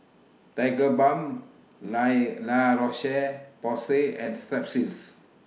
Tigerbalm La La Roche Porsay and Strepsils